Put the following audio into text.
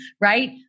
right